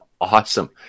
awesome